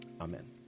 Amen